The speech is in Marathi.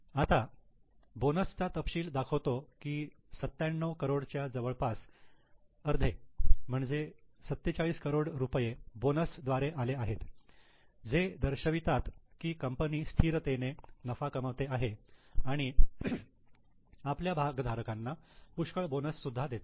आता बोनस चा तपशील दाखवतो की 97 करोड च्या जवळपास अर्धे म्हणजे 47 करोड रुपये बोनस द्वारे आले आहेत जे दर्शविता की कंपनी स्थिरतेने नफा कमवते आहे आणि आपल्या भागधारकांना पुष्कळ बोनस सुद्धा देते